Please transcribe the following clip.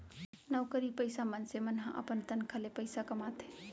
नउकरी पइसा मनसे मन ह अपन तनखा ले पइसा कमाथे